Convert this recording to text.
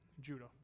Judah